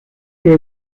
que